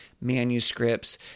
manuscripts